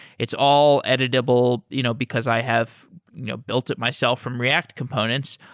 it's all editable you know because i have you know built it myself from react components.